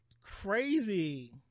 Crazy